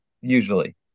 usually